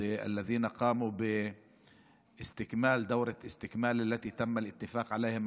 הסיעוד אשר סיימו את קורס ההשתלמות אשר סוכם עליו עם